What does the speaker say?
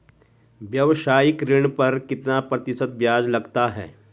व्यावसायिक ऋण पर कितना प्रतिशत ब्याज लगता है?